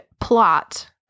plot